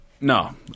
No